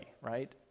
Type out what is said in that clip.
right